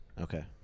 Okay